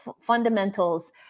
fundamentals